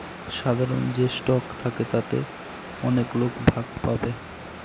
সাধারন যে স্টক থাকে তাতে অনেক লোক ভাগ পাবে